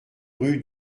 rue